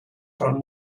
phone